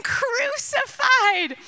crucified